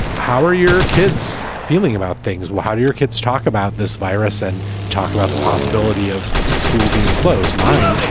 how are your kids feeling about things? well, how do your kids talk about this virus and talk about the possibility of school being closed minded?